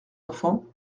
enfants